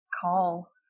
call